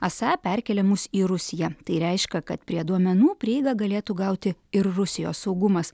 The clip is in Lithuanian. esą perkeliamus į rusiją tai reiškia kad prie duomenų prieiga galėtų gauti ir rusijos saugumas